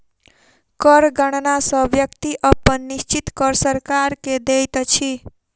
कर गणना सॅ व्यक्ति अपन निश्चित कर सरकार के दैत अछि